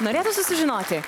norėtųsi sužinoti